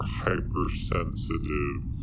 hypersensitive